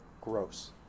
gross